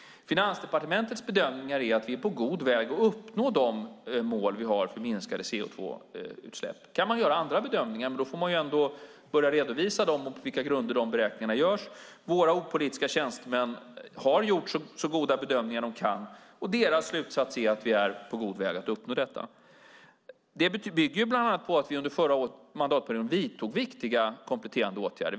Finansdepartementets bedömningar är att vi är på god väg att uppnå de mål vi har för minskade CO2-utsläpp. Man kan göra andra bedömningar, men då får man redovisa dem och på vilka grunder beräkningarna görs. Våra opolitiska tjänstemän har gjort så goda bedömningar de kunnat, och deras slutsats är att vi är på god väg att uppnå detta. Det bygger bland annat på att vi under förra mandatperioden vidtog viktiga kompletterande åtgärder.